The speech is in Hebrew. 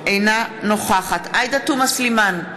אינה נוכחת עאידה תומא סלימאן,